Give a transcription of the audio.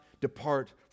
depart